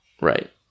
Right